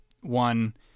One